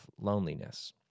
loneliness